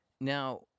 Now